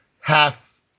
half